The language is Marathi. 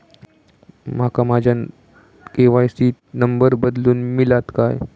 माका नुस्तो माझ्या के.वाय.सी त नंबर बदलून मिलात काय?